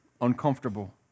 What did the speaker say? uncomfortable